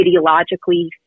ideologically